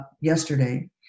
yesterday